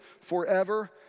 forever